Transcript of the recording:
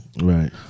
Right